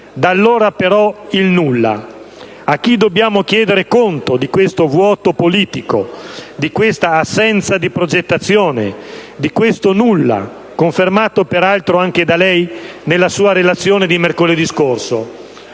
Da allora, però, il nulla! A chi dobbiamo chiedere conto di questo vuoto politico, di questa assenza di progettazione, di questo nulla, confermato peraltro anche da lei nella sua relazione di mercoledì scorso?